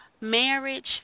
marriage